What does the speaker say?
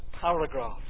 paragraph